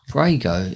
Brago